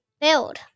Build